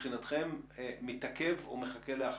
- שמבחינתכם מתעכב או מחכה להחלטה?